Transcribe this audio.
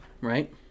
right